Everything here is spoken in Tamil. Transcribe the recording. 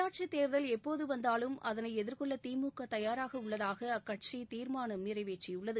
உள்ளாட்சித் தேர்தல் எப்போது வந்தாலும் அதனை எதிர்கொள்ள திமுக தயாராக உள்ளதாக அக்கட்சி தீர்மானம் நிறைவேற்றியுள்ளது